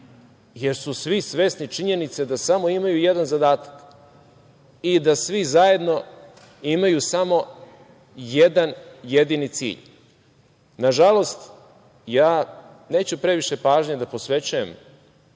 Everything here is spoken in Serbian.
jer su svi svesni činjenice da samo imaju jedan zadatak i da svi zajedno imaju samo jedan jedini cilj. Neću previše pažnje da posvećujem